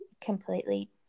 completely